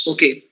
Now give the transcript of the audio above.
Okay